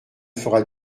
fera